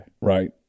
Right